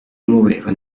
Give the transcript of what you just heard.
muoveva